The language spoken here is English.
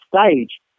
stage